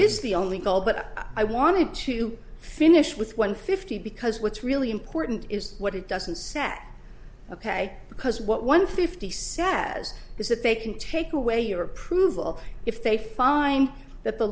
is the only goal but i wanted to finish with one fifty because what's really important is what it doesn't set ok because what one fifty sags is that they can take away your approval if they find that the